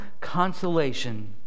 consolation